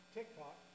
TikTok